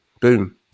boom